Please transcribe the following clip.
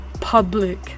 public